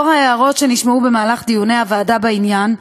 בעקבות ההערות שנשמעו במהלך דיוני הוועדה בעניין,